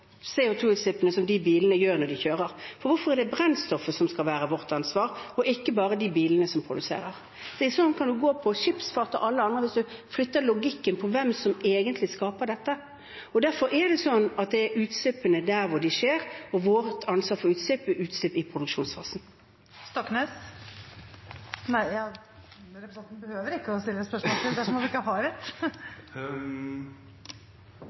Hvorfor er det brenselet som skal være vårt ansvar, og ikke bare de bilene som produserer? Sånn kan man se på skipsfart og alt annet – hvis man flytter logikken for hvem som egentlig skaper dette. Derfor gjelder utslippene der de skjer, og vårt ansvar for utslipp er utslipp i produksjonsfasen. Per Espen Stoknes – til oppfølgingsspørsmål. Jeg legger merke til at statsministeren nevner tiltak som foregår. Det gjelder elbil, det